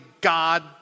God